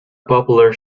popular